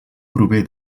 prové